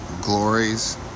glories